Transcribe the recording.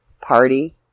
Party